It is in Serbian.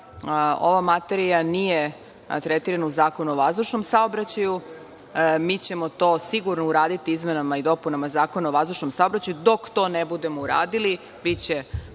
ova materija nije tretirana u Zakonu o vazdušnom saobraćaju. Mi ćemo to sigurno uraditi izmenama i dopunama Zakona o vazdušnom saobraćaju. Dok to ne budemo uradili, biće